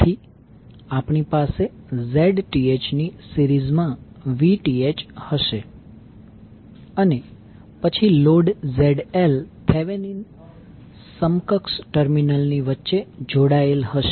તેથી આપણી પાસે Zth ની સીરીઝમાં Vth હશે અને પછી લોડ ZL થેવેનીન સમકક્ષ ટર્મિનલની વચ્ચે જોડાયેલ હશે